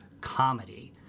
comedy